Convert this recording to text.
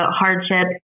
hardships